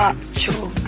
Actual